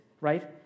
right